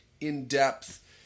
in-depth